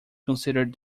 considered